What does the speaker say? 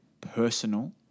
personal